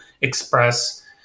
express